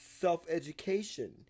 self-education